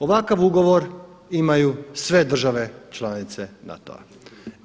Ovakav ugovor imaju sve države članice NATO-a.